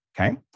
okay